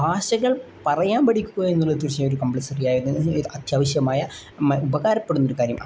ഭാഷകൾ പറയാൻ പഠിക്കുക എന്നുള്ളത് തീർച്ചയായിട്ടും ഒരു കമ്പൽസറി ആ അത്യാവശ്യമായ ഉപകാരപ്പെടുന്ന ഒരു കാര്യമാണ്